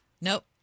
Nope